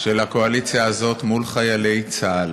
של הקואליציה הזאת מול חיילי צה"ל,